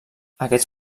aquests